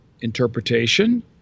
interpretation